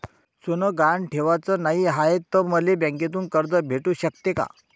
सोनं गहान ठेवाच नाही हाय, त मले बँकेतून कर्ज भेटू शकते का?